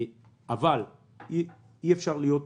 אבל אי אפשר להיות